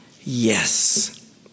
Yes